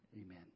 Amen